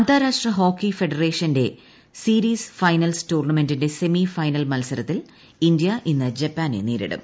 അന്താരാഷ്ട്ര hockey federation series finals ടൂർണമെന്റിന്റെ semi final മത്സരത്തിൽ ഇന്ത്യ ഇന്ന് ജപ്പാനെ നേരിടും